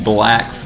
Black